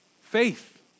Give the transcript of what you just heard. Faith